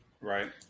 right